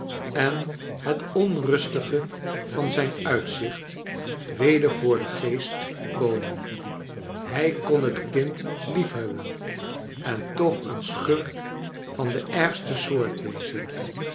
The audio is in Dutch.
en het onrustige van zijn uitzicht weder voor den geest komen hij kon het kind liefhebben en toch een schurk van de ergste soort wezen